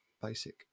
basic